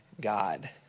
God